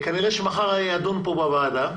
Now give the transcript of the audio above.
כנראה שמחר הוא יידון כאן בוועדה.